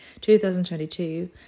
2022